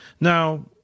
Now